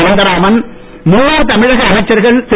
அனந்தராமன் முன்னாள் தமிழக அமைச்சர்கள் திரு